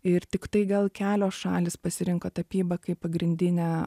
ir tiktai gal kelios šalys pasirinko tapybą kaip pagrindinę